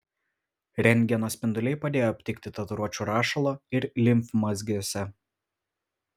rentgeno spinduliai padėjo aptikti tatuiruočių rašalo ir limfmazgiuose